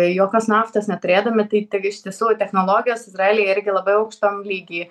jokios naftos neturėdami tai t iš tiesų technologijos izraely irgi labai aukštam lygy